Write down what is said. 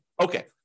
Okay